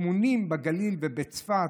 טמונים בגליל ובצפת,